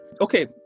Okay